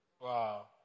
Wow